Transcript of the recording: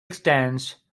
extends